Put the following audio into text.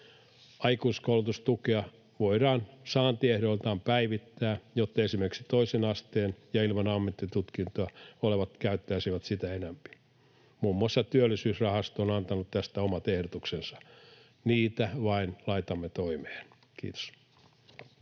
Aikuiskoulutustukea voidaan saantiehdoiltaan päivittää, jotta esimerkiksi ilman toisen asteen ja ammattitutkintoa olevat käyttäisivät sitä enempi. Muun muassa Työllisyysrahasto on antanut tästä omat ehdotuksensa, niitä vain laitamme toimeen. — Kiitos.